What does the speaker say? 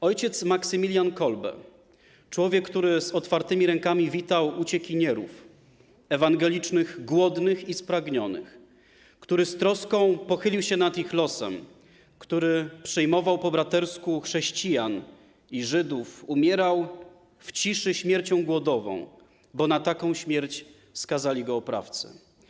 Ojciec Maksymilian Kolbe, człowiek, który z otwartymi rękami witał uciekinierów, ewangelicznych głodnych i spragnionych, który z troską pochylił się nad ich losem, który przyjmował po bratersku chrześcijan i Żydów, umierał w ciszy śmiercią głodową, bo na taką śmierć skazali go oprawcy.